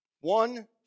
One